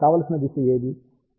కాబట్టి కావలసిన దిశ ఏది